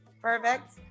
Perfect